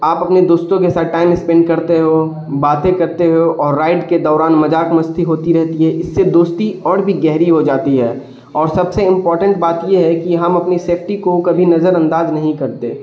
آپ اپنے دوستوں کے ساتھ ٹائم اسپینڈ کرتے ہو باتیں کرتے ہو اور رائڈ کے دوران مذاق مستی ہوتی رہتی ہے اس سے دوستی اور بھی گہری ہو جاتی ہے اور سب سے امپورٹینٹ بات یہ ہے کہ ہم اپنی سیفٹی کو کبھی نظر انداز نہیں کرتے